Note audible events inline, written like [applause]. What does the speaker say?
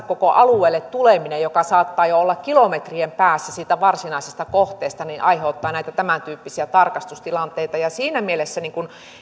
[unintelligible] koko alueelle tuleminen joka saattaa olla kilometrien päässä siitä varsinaisesta kohteesta aiheuttaa näitä tämäntyyppisiä tarkastustilanteita siinä mielessä